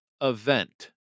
event